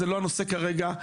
זה לא הנושא כרגע,